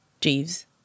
Jeeves